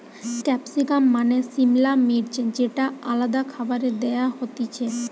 capsicum মানে সিমলা মির্চ যেটা আলাদা খাবারে দেয়া হতিছে